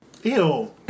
Ew